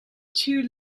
too